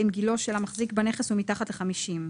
אם גילו של המחזיק בנכס הוא מתחת ל-50.